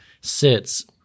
sits